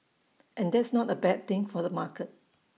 and that's not A bad thing for the market